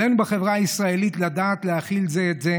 עלינו בחברה הישראלית לדעת להכיל זה את זה